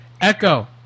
Echo